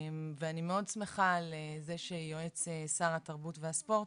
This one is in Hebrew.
אני מאוד שמחה על זה שיועץ שר התרבות והספורט